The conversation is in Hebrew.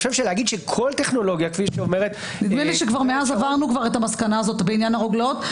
נדמה לי שמאז עברנו את המסקנה הזו בעניין הרוגלות.